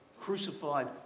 crucified